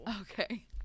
Okay